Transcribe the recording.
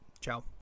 Ciao